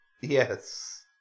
Yes